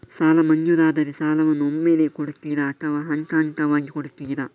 ಸಾಲ ಮಂಜೂರಾದರೆ ಸಾಲವನ್ನು ಒಮ್ಮೆಲೇ ಕೊಡುತ್ತೀರಾ ಅಥವಾ ಹಂತಹಂತವಾಗಿ ಕೊಡುತ್ತೀರಾ?